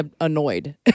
annoyed